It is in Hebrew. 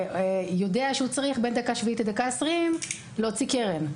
יודע שהוא צריך בין דקה שביעית לדקה עשרים להוציא קרן.